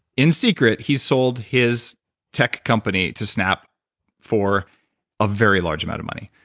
in secret, he sold his tech company to snap for a very large amount of money.